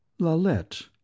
Lalette